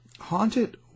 Haunted